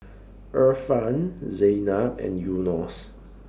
Irfan Zaynab and Yunos